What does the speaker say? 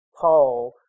Paul